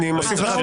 אני מוסיף לך,